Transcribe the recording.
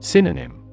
Synonym